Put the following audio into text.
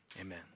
amen